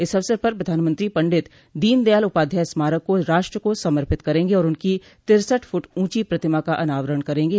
इस अवसर पर प्रधानमंत्री पंडित दीनदयाल उपाध्याय स्मारक को राष्ट्र को समर्पित करेंगे और उनकी तिरसठ फूट ऊंची प्रतिमा का अनावरण करेंगे